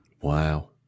Wow